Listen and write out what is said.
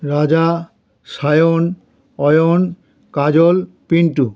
Raja Sayan Ayan Kajal Pintu